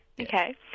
Okay